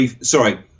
sorry